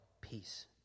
peace